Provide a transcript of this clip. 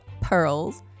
pearls